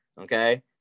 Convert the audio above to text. Okay